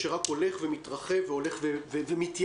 שרק הולך ומתרחב והולך ומתייקר,